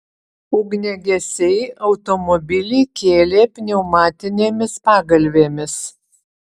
ugniagesiai automobilį kėlė pneumatinėmis pagalvėmis